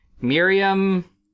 Miriam